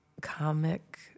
comic